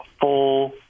full